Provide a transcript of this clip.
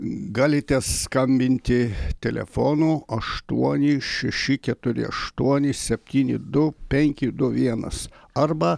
galite skambinti telefonu aštuoni šeši keturi aštuoni septyni du penki du vienas arba